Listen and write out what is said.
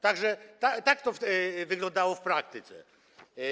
Tak że tak to wyglądało w praktyce.